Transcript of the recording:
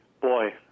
Boy